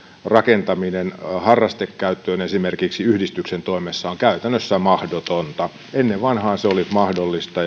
rakentaminen harrastekäyttöön esimerkiksi yhdistyksen toimesta on käytännössä mahdotonta ennen vanhaan se oli mahdollista